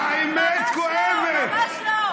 ממש לא.